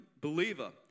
believer